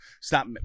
Stop